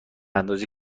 اندازه